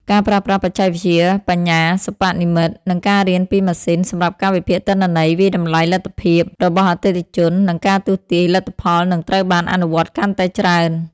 ការប្រើប្រាស់បច្ចេកវិទ្យាបញ្ញាសិប្បនិម្មិត និងការរៀនពីម៉ាស៊ីន សម្រាប់ការវិភាគទិន្នន័យ វាយតម្លៃលទ្ធភាពរបស់អតិថិជន និងការទស្សន៍ទាយលទ្ធផលនឹងត្រូវបានអនុវត្តកាន់តែច្រើន។